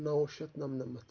نَو شَتھ نَمنَمَتھ